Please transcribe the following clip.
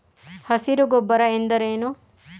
ಹಸಿರು ಗೊಬ್ಬರ ಎಂದರೇನು?